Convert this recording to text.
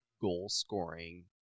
goal-scoring